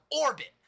orbit